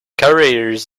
careers